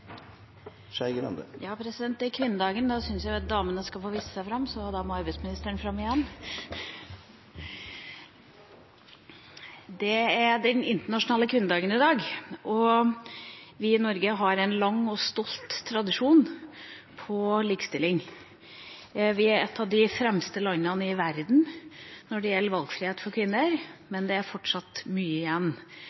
jeg jo at damene skal få vist seg fram, så da må arbeidsministeren fram igjen. Det er den internasjonale kvinnedagen i dag, og vi i Norge har en lang og stolt tradisjon når det gjelder likestilling. Vi er et av de fremste landene i verden når det gjelder valgfrihet for kvinner,